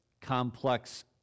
complex